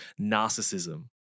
narcissism